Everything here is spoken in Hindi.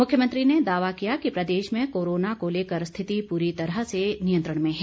मुख्यमंत्री ने दावा किया कि प्रदेश में कोरोना को लेकर स्थिति पूरी तरह से नियंत्रण में है